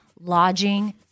lodging